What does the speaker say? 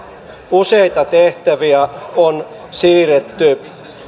useita tehtäviä on siirretty